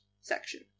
section